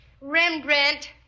Rembrandt